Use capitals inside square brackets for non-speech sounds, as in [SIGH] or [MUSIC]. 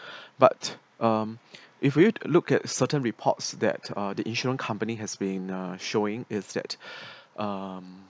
but um if you look at certain reports that uh the insurance company has been uh showing is that [BREATH] um